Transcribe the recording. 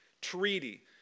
treaty